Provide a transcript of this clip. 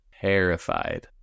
terrified